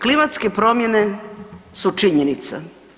Klimatske promjene su činjenica.